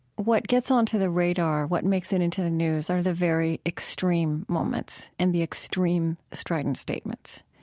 what gets onto the radar, what makes it into the news, are the very extreme moments and the extreme strident statements.